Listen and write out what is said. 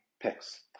picks